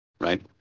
right